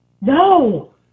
No